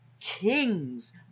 kings